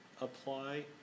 apply